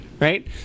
right